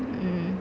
mm